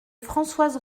françoise